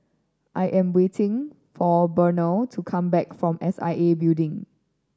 I am waiting for Burnell to come back from S I A Building